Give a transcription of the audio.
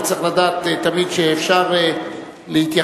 אבל צריך לדעת תמיד שאפשר להתייחס,